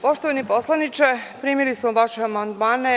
Poštovani poslaniče, primili smo vaše amandmane.